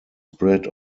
spread